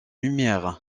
lumière